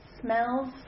smells